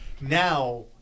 now